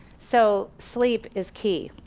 so sleep is key.